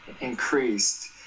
increased